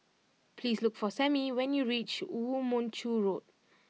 please look for Sammie when you reach Woo Mon Chew Road